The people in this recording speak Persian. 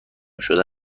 شده